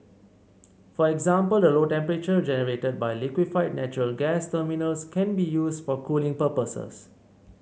for example the low temperatures generated by liquefied natural gas terminals can be used for cooling purposes